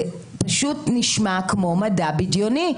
זה פשוט נשמע כמו מדע בדיוני.